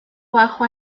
bajo